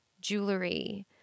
jewelry